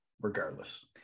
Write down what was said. regardless